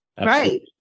Right